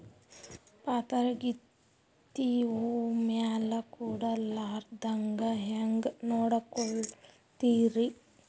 ಪಾತರಗಿತ್ತಿ ಹೂ ಮ್ಯಾಲ ಕೂಡಲಾರ್ದಂಗ ಹೇಂಗ ನೋಡಕೋತಿರಿ?